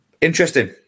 interesting